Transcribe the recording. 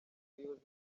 umuyobozi